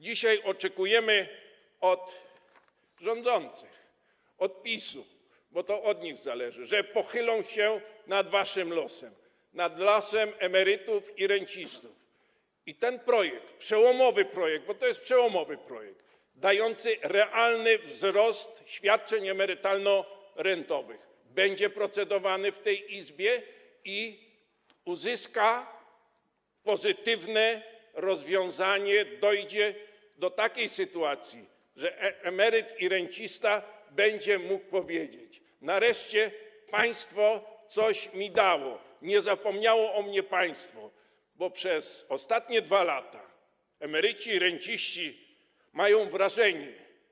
Dzisiaj oczekujemy od rządzących, od PiS-u, bo to od nich zależy, że pochylą się nad waszym losem, nad losem emerytów i rencistów i ten projekt, przełomowy projekt - bo to jest przełomowy projekt, dający realny wzrost świadczeń emerytalno-rentowych - będzie procedowany w tej Izbie, i uzyska to pozytywne rozwiązanie, dojdzie do takiej sytuacji, że emeryt i rencista będą mogli powiedzieć: nareszcie państwo coś mi dało, państwo nie zapomniało o mnie, bo przez ostatnie 2 lata emeryci i renciści mają wrażenie.